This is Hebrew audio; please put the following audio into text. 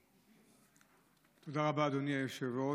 תודה רבה, אדוני היושב-ראש.